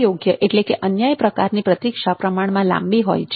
અયોગ્ય અન્યાય પ્રકારની પ્રતિક્ષામાં પ્રમાણમાં લાંબી હોય છે